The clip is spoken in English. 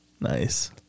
Nice